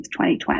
2020